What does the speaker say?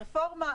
הרפורמה?